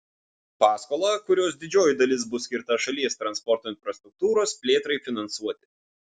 paskolą kurios didžioji dalis bus skirta šalies transporto infrastruktūros plėtrai finansuoti